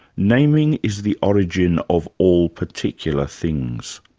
naming is the origin of all particular things.